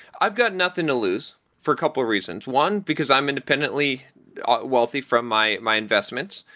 i've got nothing to lose for a couple reasons. one because i'm independently wealthy from my my investments.